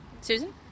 Susan